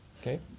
okay